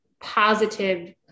positive